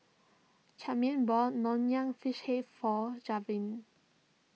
Charming bought Nonya Fish Head for Javen